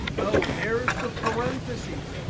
oh, there's the parentheses.